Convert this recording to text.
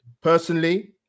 Personally